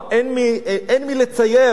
הן מלצייר.